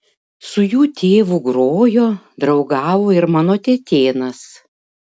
su jų tėvu grojo draugavo ir mano tetėnas